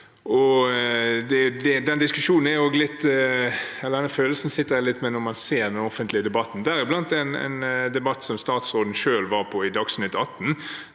Den følelsen sitter jeg litt med når jeg ser den offentlige debatten, deriblant en debatt som statsråden selv var på i Dagsnytt 18,